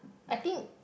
I think